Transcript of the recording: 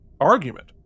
argument